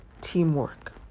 teamwork